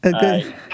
good